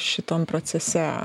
šitam procese